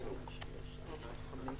שישה בעד.